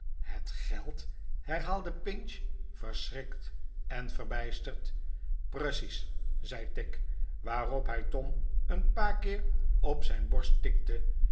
het geld herhaalde pinch verschrikt en verbijsterd precies r zei tigg waarop hij tom een paar keer op zijn borst tikte